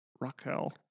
Raquel